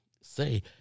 say